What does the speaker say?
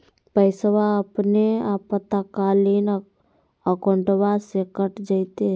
पैस्वा अपने आपातकालीन अकाउंटबा से कट जयते?